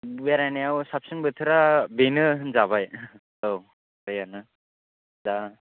बेरायनायाव साबसिन बोथोरा बेनो होनजाबाय औ बेनो दा